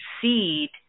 seed